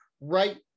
right